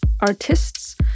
artists